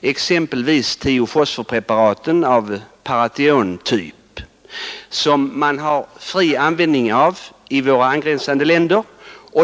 exempelvis tiofosforpreparaten av parathiontyp, som får användas fritt i våra grannländer.